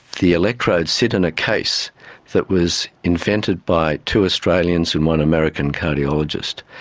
the electrodes sit in a case that was invented by two australians and one american cardiologist.